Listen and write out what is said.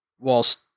whilst